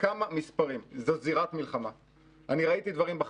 מה שראינו גם בלוד,